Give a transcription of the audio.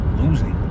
losing